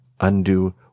undo